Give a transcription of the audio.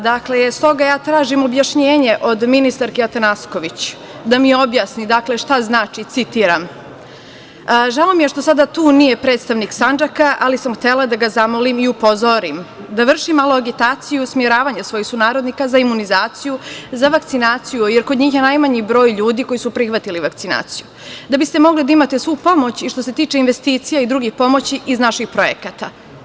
Dakle, stoga ja tražim objašnjenje od ministarke Atanasković da mi objasni šta znači, citiram – žao mi je što sada tu nije predstavnik Sandžaka, ali sam htela da ga zamolim i upozorim da vrši malo agitaciju usmeravanje svojih sunarodnika za imunizaciju, za vakcinaciju, jer kod njih je najmanji broj ljudi koji su prihvatili vakcinaciju da biste mogli da imate svu pomoć i što se tiče investicija i drugih pomoći iz naših projekata.